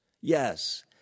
Yes